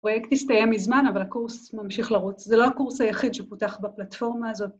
‫הפרויקט הסתיים מזמן, ‫אבל הקורס ממשיך לרוץ. ‫זה לא הקורס היחיד ‫שפותח בפלטפורמה הזאת.